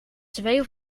twee